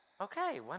Okay